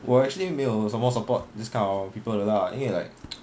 我 actually 没有什么 support this kind of people 的 lah 因为 like